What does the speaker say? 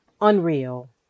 unreal